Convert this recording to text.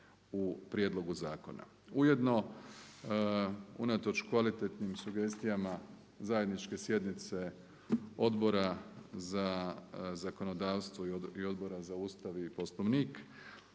u prijedlogu zakona. Ujedno unatoč kvalitetnim sugestijama zajedničke sjednice Odbora za zakonodavstvo i Odbora za Ustav i Poslovnik